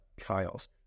chaos